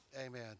Amen